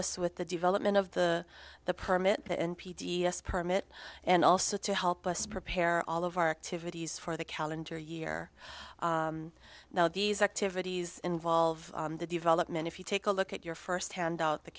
us with the development of the the permit in p d s permit and also to help us prepare all of our activities for the calendar year now these activities involve the development if you take a look at your first hand out the